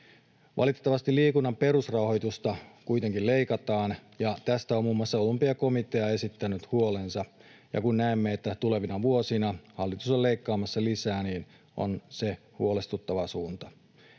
Valitettavasti liikunnan perusrahoitusta kuitenkin leikataan, ja tästä on muun muassa Olympiakomitea esittänyt huolensa. Ja kun näemme, että tulevina vuosina hallitus on leikkaamassa lisää, niin on se huolestuttava suunta.